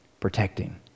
protecting